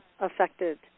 affected